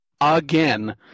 again